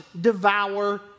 devour